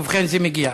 ובכן, זה מגיע.